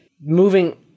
moving